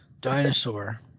dinosaur